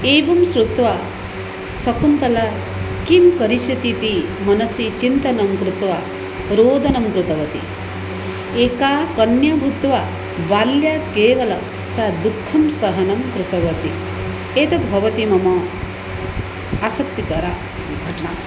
एवं श्रुत्वा शकुन्तला किं करिष्यतीति मनसि चिन्तनं कृत्वा रोदनं कृतवती एका कन्या भूत्वा बाल्यात् केवलं सा दुःखं सहनं कृतवती एतद् भवति मम आसक्तिकरघटना